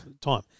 time